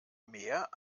mehr